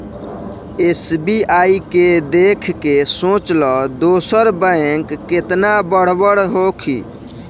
SBI के देख के सोच ल दोसर बैंक केतना बड़ बड़ होखी